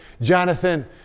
Jonathan